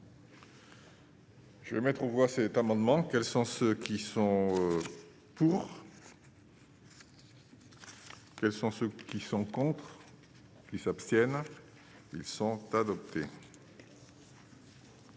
Je vais mettre aux voix, cet amendement, quels sont ceux qui sont pour. Quels sont ceux qui sont contre, qui s'abstiennent, ils sont adoptés.